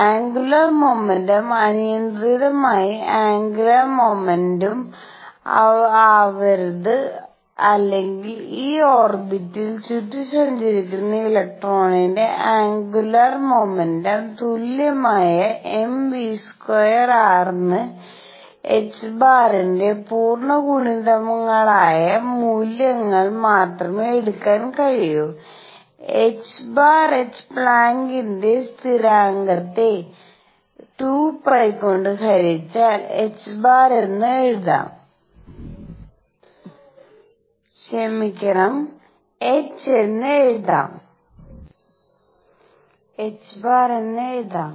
angular മോമെന്റും അനിയന്ത്രിതമായ angular മോമെന്റും ആവരുത് അല്ലെങ്കിൽ ഈ ഓർബിറ്റിൽ ചുറ്റി സഞ്ചരിക്കുന്ന ഇലക്ട്രോണിന്റെ ആന്ഗുലർ മോമെന്റും തുല്യമായ m v r ന് ℏ ന്റെ പൂർണ്ണ ഗുണിതങ്ങളായ മൂല്യങ്ങൾ മാത്രമേ എടുക്കാൻ കഴിയൂ ℏ h പ്ലാങ്കിന്റെ സ്ഥിരാങ്കത്തെPlancks constant 2 π കൊണ്ട് ഹരിച്ചാൽ ℏ എന്ന് എഴുതാം